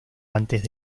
antes